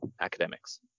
academics